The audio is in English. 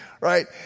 right